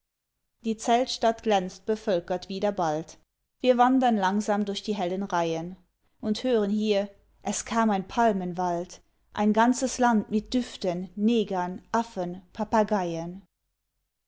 die zeltstadt glänzt bevölkert wieder bald wir wandern langsam durch die hellen reihen und hören hier es kam ein palmenwald ein ganzes land mit düften negern affen